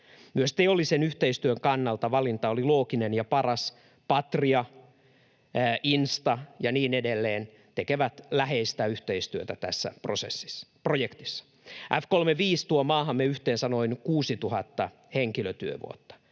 Myös teollisen yhteistyön kannalta valinta oli looginen ja paras. Patria, Insta ja niin edelleen tekevät läheistä yhteistyötä tässä projektissa. F-35 tuo maahamme yhteensä noin 6 000 henkilötyövuotta.